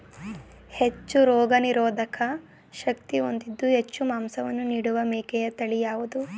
ಹೆಚ್ಚು ರೋಗನಿರೋಧಕ ಶಕ್ತಿ ಹೊಂದಿದ್ದು ಹೆಚ್ಚು ಮಾಂಸವನ್ನು ನೀಡುವ ಮೇಕೆಯ ತಳಿ ಯಾವುದು?